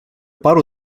paru